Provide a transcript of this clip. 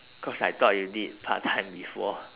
cause I thought you did part time before ah